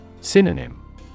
Synonym